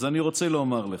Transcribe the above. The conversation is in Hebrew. אז אני רוצה לומר לך,